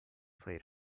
played